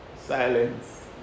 Silence